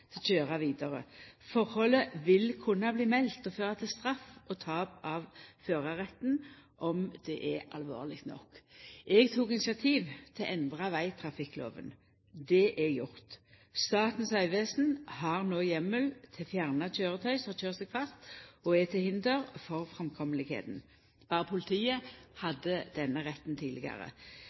køyra vidare. Forholdet vil kunna bli meldt og føra til straff og tap av førarretten om det er alvorleg nok. Eg tok initiativ til å endra vegtrafikklova. Det er gjort. Statens vegvesen har no heimel til å fjerna køyretøy som har køyrt seg fast og er til hinder for framkomsten. Berre politiet hadde denne retten tidlegare.